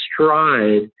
stride